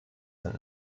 sind